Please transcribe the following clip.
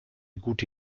gute